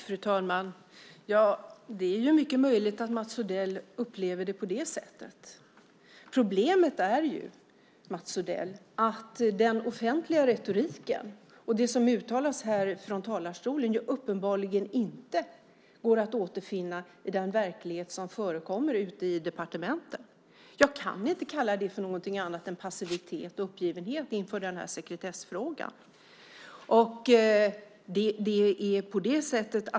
Fru talman! Det är mycket möjligt att Mats Odell upplever det här på det sättet. Problemet är, Mats Odell, att den offentliga retoriken och det som uttalas här från talarstolen uppenbarligen inte går att återfinna i den verklighet som förekommer ute i departementen. Jag kan inte kalla det för någonting annat än passivitet och uppgivenhet inför den här sekretessfrågan.